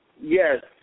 Yes